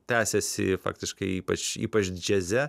tęsiasi faktiškai ypač ypač džiaze